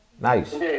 nice